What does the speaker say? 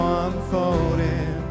unfolding